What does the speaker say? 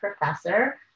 Professor